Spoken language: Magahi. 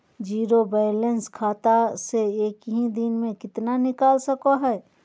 जीरो बायलैंस खाता से एक दिन में कितना निकाल सको है?